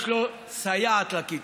יש לו סייעת לכיתה,